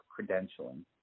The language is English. credentialing